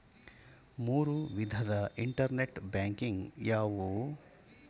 ಮೂರು ವಿಧದ internet banking ಯಾವುವು?